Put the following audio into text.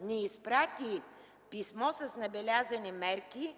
ни изпрати писмо с набелязани мерки,